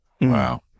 Wow